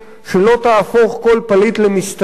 שלא תהפוך כל פליט למסתנן,